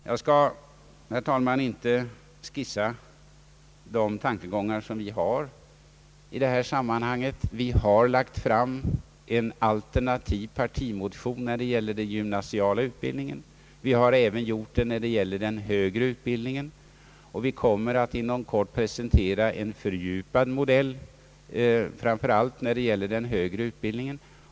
Jag skall, herr talman, inte skissa de tankegångar som vi har i detta sammanhang. Vi har väckt en alternativ partimotion när det gäller den gymnasiala utbildningen. Vi har även gjort det när det gäller den högre utbildningen, och vi kommer att inom kort presentera en fördjupad modell framför allt när det gäller den högre utbildningen.